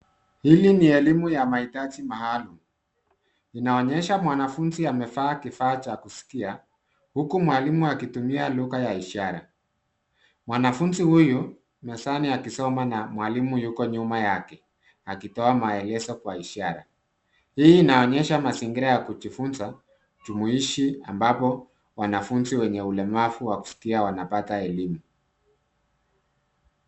Hili ni elimu ya maitaji maalum, inaonyesha mwanafunzi amevaa kifaa cha kusikia huku mwalimu akitumia lugha ya ishara. Mwanafunzi huyu mezani akisoma na mwalimu yuko nyuma yake akitoa maelezo kwa ishara. Hii inaonyesha mazingira ya kujifunza jumuishi ambapo wanafunzi wenye ulemavu wa kusikia wanapata elimu.